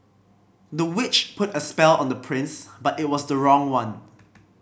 the witch put a spell on the prince but it was the wrong one